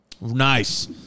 Nice